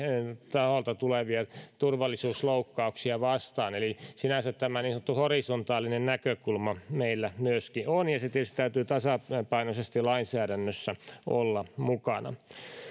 taholta tulevia turvallisuusloukkauksia vastaan eli sinänsä tämä niin sanottu horisontaalinen näkökulma meillä myöskin on ja sen tietysti täytyy tasapainoisesti lainsäädännössä olla mukana